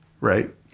right